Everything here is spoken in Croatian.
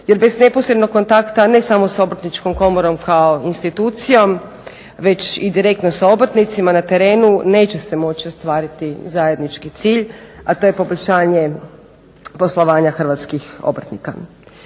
Jer bez neposrednog kontakta ne samo sa obrtničkom komorom kao institucijom već i direktno sa obrtnicima na terenu neće se moći ostvariti zajednički cilj a to je poboljšanje poslovanja hrvatskim obrtnika.